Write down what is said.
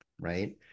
Right